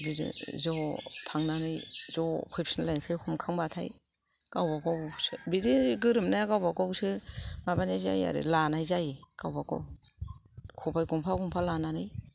बिदिनो ज' थांनानै ज' फैफिनलायसै हमखांबाथाय गावबा गाव बिदि गोरोमनाया गावबा गावसो माबानाय जायो आरो लानाय जायो गावबा गाव खबाय गंफा गंफा लानानै